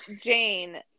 Jane